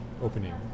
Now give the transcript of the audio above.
opening